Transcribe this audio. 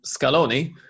Scaloni